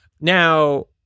Now